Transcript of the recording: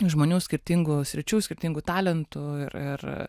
žmonių skirtingų sričių skirtingų talentų ir ir